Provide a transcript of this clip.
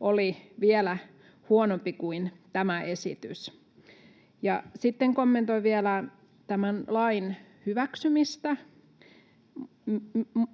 oli vielä huonompi kuin tämä esitys. Sitten kommentoin vielä tämän lain hyväksymistä.